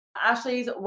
Ashley's